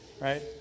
right